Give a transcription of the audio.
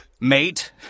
mate